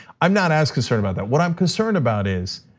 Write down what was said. i'm not as concerned about that, what i'm concerned about is,